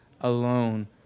alone